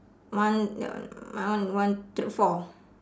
one ya uh my one one thre~ four